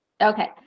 Okay